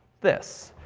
this.